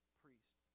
priest